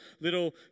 little